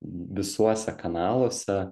visuose kanaluose